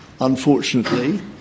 unfortunately